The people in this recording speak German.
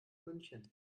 münchen